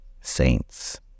Saints